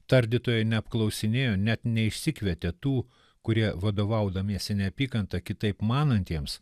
tardytojai neapklausinėjo net neišsikvietė tų kurie vadovaudamiesi neapykanta kitaip manantiems